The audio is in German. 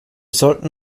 sollten